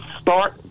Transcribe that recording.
start